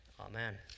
amen